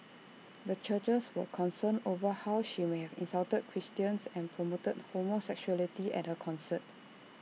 the churches were concerned over how she may have insulted Christians and promoted homosexuality at her concert